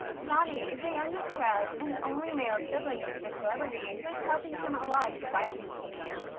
tony is a youngest child and only male sibling to the celebrity who is helping him a lot to fight leukemia.